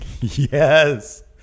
Yes